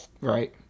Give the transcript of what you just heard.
Right